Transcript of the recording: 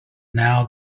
now